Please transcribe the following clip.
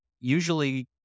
usually